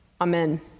Amen